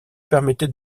permettait